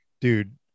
dude